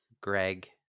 Greg